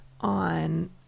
on